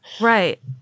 Right